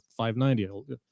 590